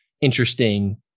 interesting